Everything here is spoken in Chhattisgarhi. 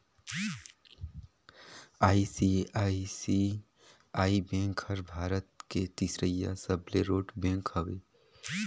आई.सी.आई.सी.आई बेंक हर भारत के तीसरईया सबले रोट बेंक हवे